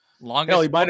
Longest